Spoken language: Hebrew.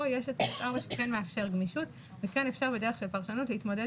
כאן יש את סעיף 4 שכן מאפשר גמישות וכן אפשר בדרך של פרשנות להתמודד